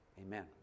amen